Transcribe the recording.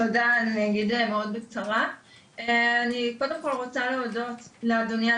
אני קודם כל רוצה להודות לאדוני על